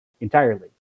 entirely